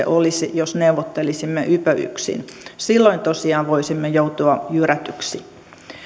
olisi jos neuvottelisimme ypöyksin silloin tosiaan voisimme joutua jyrätyksi